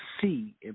See